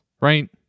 right